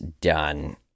done